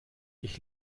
ich